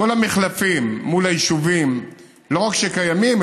כל המחלפים מול היישובים לא רק קיימים,